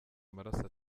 amaraso